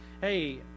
hey